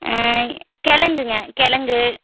கெழங்குங்க கெழங்கு